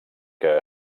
que